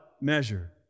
measure